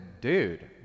dude